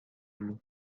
vous